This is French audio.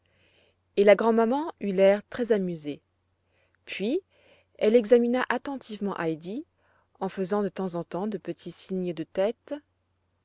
et la grand'maman eut l'air très amusé pais elle examina attentivement heidi en faisant de temps en temps de petits signes de tête